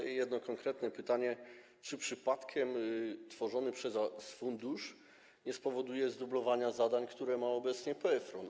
Jedno konkretne pytanie: Czy przypadkiem tworzony przez was fundusz nie spowoduje zdublowania zadań, które ma obecnie PFRON?